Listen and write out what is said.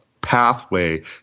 pathway